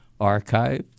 archived